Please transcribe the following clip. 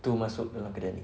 to masuk dalam kedai ni